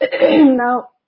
Now